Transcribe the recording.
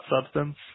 substance